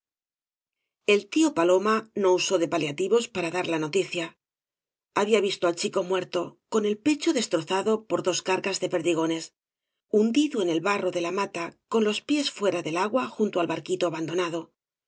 el tío paloma no usó de paliativos para dar la noticia había visto al chico muerto con el pecho destrozado por dos cargas de perdigones hundido en el barro de la mata con los pies fuera del agua junto al barquito abandonado